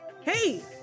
Hey